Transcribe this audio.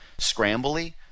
scrambly